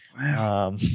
Wow